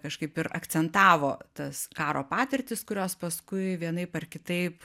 kažkaip ir akcentavo tas karo patirtis kurios paskui vienaip ar kitaip